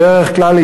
בדרך כלל,